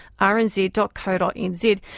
rnz.co.nz